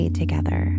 together